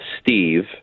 Steve